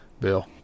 Bill